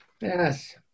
Yes